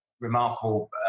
remarkable